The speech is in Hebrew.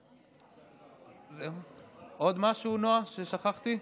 נועה, עוד משהו ששכחתי?